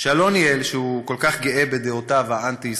שאלון ליאל, שכל כך גאה בדעותיו האנטי-ישראליות,